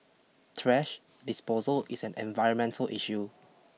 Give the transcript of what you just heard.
trash disposal is an environmental issue